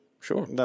Sure